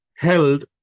Held